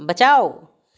बचाउ